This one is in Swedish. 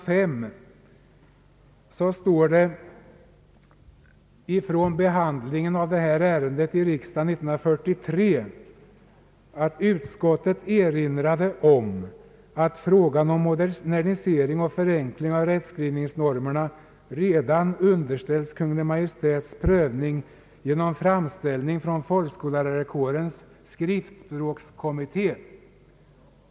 5 skrivs om behandlingen av detta ärende år 1943: »Utskottet erinrade slutligen om att frågan om modernisering och förenkling av rättskrivningsnormerna redan underställts Kungl. Maj:ts prövning genom framställning från folkskollärarkårens skriftspråkskommitté.